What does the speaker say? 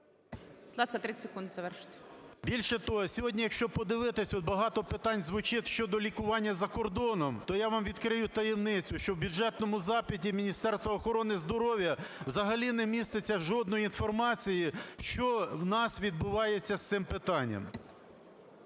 Більше того, сьогодні, якщо подивитися, от багато питань звучить щодо лікування за кордоном, то я вам відкрию таємницю, що в бюджетному запиті Міністерства охорони здоров'я взагалі не міститься жодної інформації, що в нас відбувається з цим питанням.